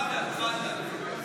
תפדל, תפדל.